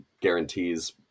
guarantees